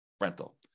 rental